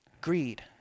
Greed